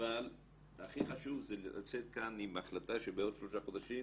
אבל הכי חשוב זה לצאת כאן עם החלטה שבעוד שלושה חודשים,